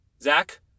Zach